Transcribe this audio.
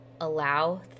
allow